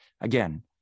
again